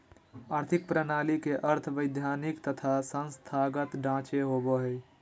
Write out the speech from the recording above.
आर्थिक प्रणाली के अर्थ वैधानिक तथा संस्थागत ढांचे होवो हइ